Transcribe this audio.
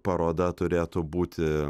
paroda turėtų būti